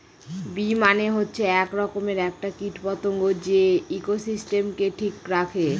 bee মানে হচ্ছে এক রকমের একটা কীট পতঙ্গ যে ইকোসিস্টেমকে ঠিক রাখে